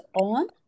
on